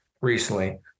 recently